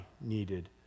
needed